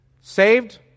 Saved